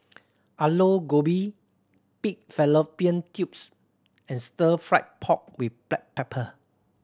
Aloo Gobi pig fallopian tubes and Stir Fried Pork With Black Pepper